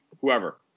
whoever